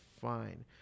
fine